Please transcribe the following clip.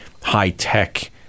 high-tech